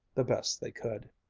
the best they could.